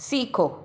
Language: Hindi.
सीखो